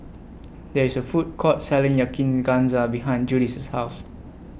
There IS A Food Court Selling Yakizakana behind Judy's House